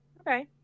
Okay